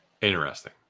Interesting